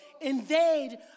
Invade